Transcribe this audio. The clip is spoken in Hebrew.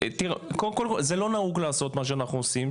קודם כל זה לא נהוג לעשות מה שאנחנו עושים,